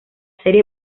serie